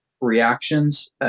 reactions